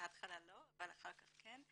בהתחלה לא אבל אחר כך כן,